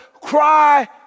cry